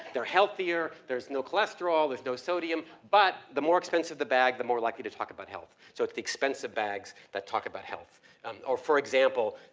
they're healthier, there's no cholesterol, there's no sodium but, the more expensive the bag, the more likely they talk about health. so it's the expensive bags that talk about health or for example,